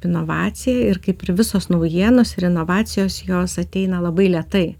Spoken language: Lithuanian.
inovacija ir kaip ir visos naujienos ir inovacijos jos ateina labai lėtai